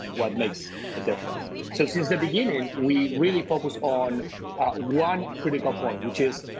what makes a difference so. since the beginning, we really focused on one critical point, which is.